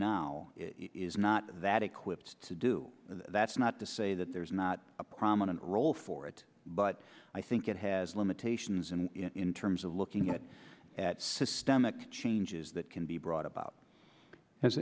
now is not that equipped to do that's not to say that there's not a prominent role for it but i think it has limitations and in terms of looking at systemic changes that can be brought about as